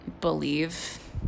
believe